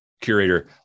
curator